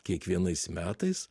kiekvienais metais